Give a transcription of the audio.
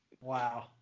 Wow